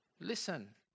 Listen